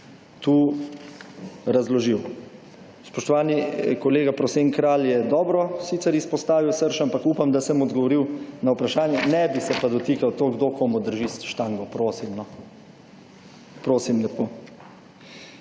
tu razložil. Spoštovani kolega Prosen Kralj je dobro sicer izpostavil srž, ampak upam, da sem odgovoril na vprašanje, ne bi se pa dotikal to, kdo komu drži »štango«, prosim no, prosim lepo.